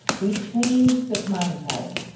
we changed the commodity title.